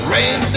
Rain